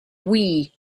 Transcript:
wii